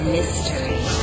Mystery